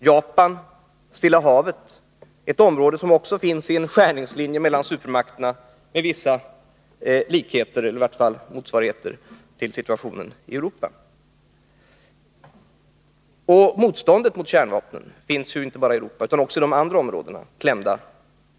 Japan och Stilla havet är ett område som också finns i en skärningslinje mellan supermakterna med vissa motsvarigheter till situationen i Europa. Motståndet mot kärnvapnen finns inte bara i Europa utan också i dessa andra områden.